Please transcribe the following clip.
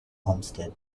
olmsted